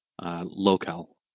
Local